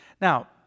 Now